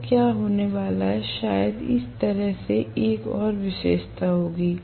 तो क्या होने वाला है शायद इस तरह से एक और विशेषता होगी